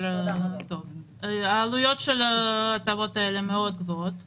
העלויות של ההטבות האלה גבוהות מאוד.